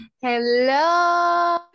hello